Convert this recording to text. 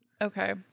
Okay